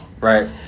Right